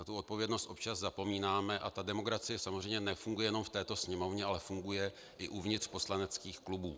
Na tu odpovědnost občas zapomínáme a ta demokracie samozřejmě nefunguje jenom v této Sněmovně, ale funguje i uvnitř poslaneckých klubů.